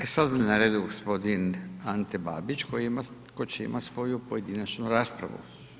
E sad je na redu gospodin Ante Babić koji će imati svoju pojedinačnu raspravu.